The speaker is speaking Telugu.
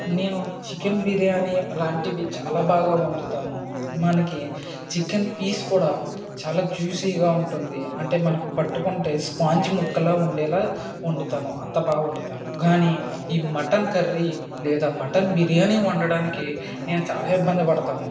నేను చికెన్ బిర్యాని అలాంటివి చాలా బాగా వండుతాను మనకి చికెన్ పీస్ కూడా చాలా జ్యూసీగా ఉంటుంది అంటే మనకు పట్టుకుంటే స్పాంజ్ ముక్కలా ఉండేలా వండుతాను అంత బాగా వండుతాను కానీ ఈ మటన్ కర్రీ లేదా మటన్ బిర్యాని వండటానికి నేను చాలా ఇబ్బంది పడతాను